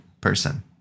person